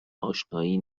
اشنایی